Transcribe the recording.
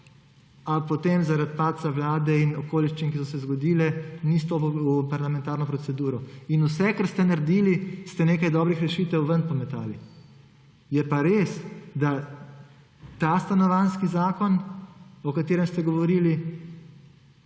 a potem zaradi padca vlade in okoliščin, ki so se zgodile, ni stopil v parlamentarno proceduro. Vse, kar ste naredili, je, da ste nekaj dobrih rešitev ven pometali. Je pa res, da ta Stanovanjski zakon, o katerem ste govorili,